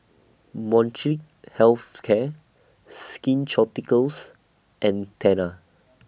Molnylcke Health Care Skin Ceuticals and Tena